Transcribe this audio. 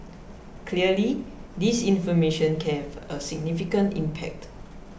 clearly disinformation can have a significant impact